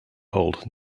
hold